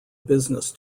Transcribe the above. business